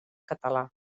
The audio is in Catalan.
català